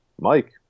Mike